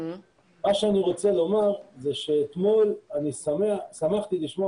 מה שאני רוצה לומר זה שאתמול שמחתי לשמוע